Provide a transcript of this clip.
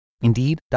Indeed